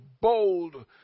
bold